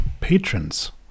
patrons